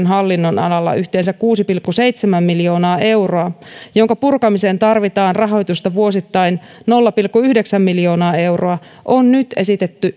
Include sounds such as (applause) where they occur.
(unintelligible) hallinnonalalla yhteensä kuusi pilkku seitsemän miljoonaa euroa jonka purkamiseen tarvitaan rahoitusta vuosittain nolla pilkku yhdeksän miljoonaa euroa on nyt esitetty (unintelligible)